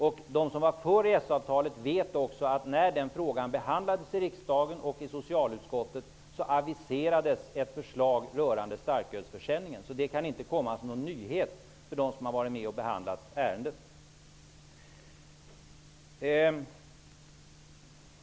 Och de som var för EES-avtalet vet också att när den frågan behandlades i riksdagen och i socialutskottet aviserades ett förslag rörande starkölsförsäljningen, så det kan inte komma som någon nyhet för dem som har varit med och behandlat ärendet.